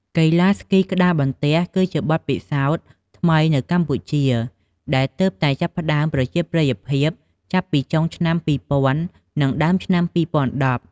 កីឡាស្គីក្ដារបន្ទះ គឺជាបទពិសោធន៍ថ្មីនៅកម្ពុជា ដែលទើបតែចាប់ផ្ដើមប្រជាប្រិយភាពចាប់ពីចុងឆ្នាំ ២០០០ និងដើមឆ្នាំ ២០១០។